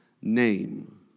name